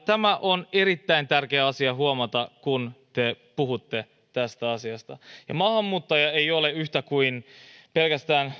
tämä on erittäin tärkeä asia huomata kun te puhutte tästä asiasta ja maahanmuuttaja ei ole yhtä kuin pelkästään